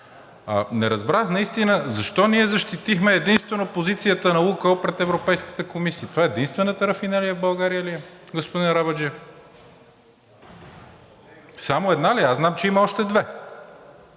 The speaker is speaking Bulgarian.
не разбрах защо ние защитихме единствено позицията на „Лукойл“ пред Европейската комисия?! Това единствената рафинерия в България ли е, господин Арабаджиев? Само една ли е? Аз знам, че има още две,